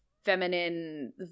feminine